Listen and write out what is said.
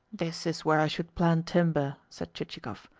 this is where i should plant timber, said chichikov.